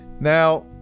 Now